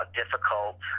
difficult